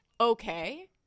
Okay